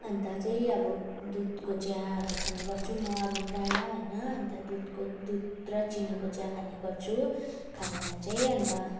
अन्त चाहिँ अब दुधको चियाहरू खाने गर्छु म अब प्रायः होइन अन्त दुधको दुध र चिनीको चिया खाने गर्छु खाजामा चाहिँ अन्त अब